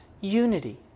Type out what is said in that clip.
unity